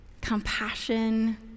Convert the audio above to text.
compassion